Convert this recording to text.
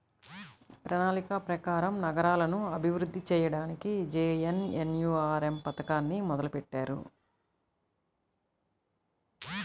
ప్రణాళిక ప్రకారం నగరాలను అభివృద్ధి చెయ్యడానికి జేఎన్ఎన్యూఆర్ఎమ్ పథకాన్ని మొదలుబెట్టారు